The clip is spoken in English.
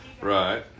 Right